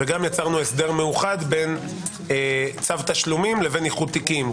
וגם יצרנו הסדר מאוחד בין תשלומים לאיחוד תיקים,